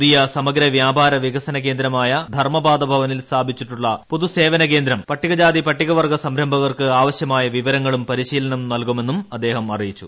പുതിയ സമഗ്ര വ്യാപാര വികസന കേന്ദ്രമായ ധർമ്മപാദ ഭപ്പൂനിൽ സ്ഥാപിച്ചിട്ടുള്ള പൊതു സേവന കേന്ദ്രം പട്ടികജാതി പ്പട്ടികവ്ർഗ്ഗ സംരംഭകർക്ക് ആവശ്യമായ വിവരങ്ങളും പരിശ്വീൽസപ്പും നൽകുമെന്നും അദ്ദേഹം അറിയിച്ചു